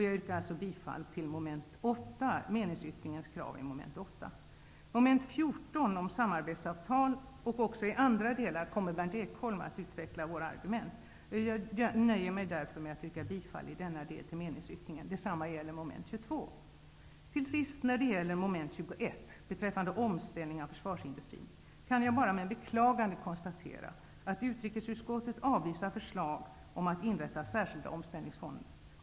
Jag yrkar bifall till meningsyttringen när det gäller mom. 8. Beträffande mom. 14 om samarbetsavtal och också i andra delar kommer Berndt Ekholm att utveckla våra argument. Jag nöjer mig därför med att yrka bifall till denna del i meningsyttringen. Detsamma gäller meningsyttringen under mom. 22. När det till sist gäller mom. 21 beträffande omställning av försvarsindustrin kan jag bara med beklagande konstatera att utrikesutskottet avvisar förslag om att inrätta särskilda omställningsfonder.